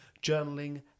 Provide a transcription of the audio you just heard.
journaling